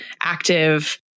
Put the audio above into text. active